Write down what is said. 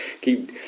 keep